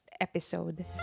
episode